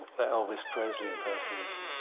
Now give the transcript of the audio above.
the elvis presley impersonation.